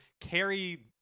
carry